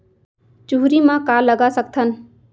चुहरी म का लगा सकथन?